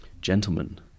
Gentlemen